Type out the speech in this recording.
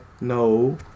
no